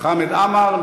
חמֵד עמאר.